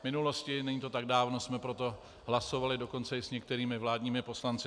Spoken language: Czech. V minulosti, není to tak dávno, jsme pro to hlasovali dokonce i s některými vládními poslanci.